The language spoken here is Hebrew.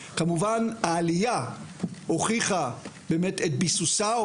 כמובן העלייה הוכיחה באמת את ביסוסה,